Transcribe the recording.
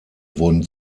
wurden